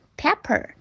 pepper 。